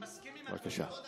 בבקשה.